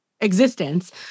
existence